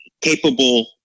capable